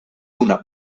una